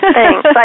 Thanks